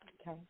Okay